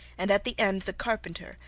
and at the end the carpenter,